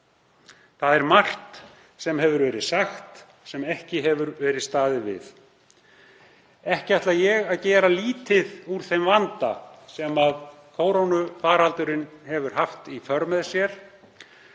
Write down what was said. Það er margt sem hefur verið sagt sem ekki hefur verið staðið við. Ekki ætla ég að gera lítið úr þeim vanda sem kórónuveirufaraldurinn hefur haft í för með sér.